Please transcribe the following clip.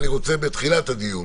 ואני רוצה בתחילת הדיון